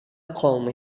калмый